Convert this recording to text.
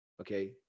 Okay